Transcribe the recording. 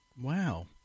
Wow